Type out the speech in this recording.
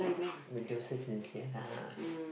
sincere lah